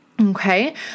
Okay